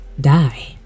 die